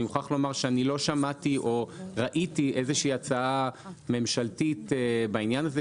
אני מוכרח לומר שאני לא שמעתי או ראיתי איזה הצעה ממשלתית בעניין הזה.